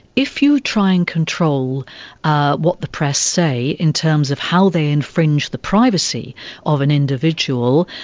if you try and control what the press say in terms of how they infringe the privacy of an individual,